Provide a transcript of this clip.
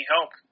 help